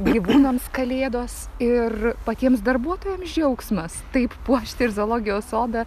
gyvūnams kalėdos ir patiems darbuotojams džiaugsmas taip puošti ir zoologijos sodą